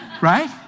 right